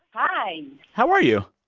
hi how are you?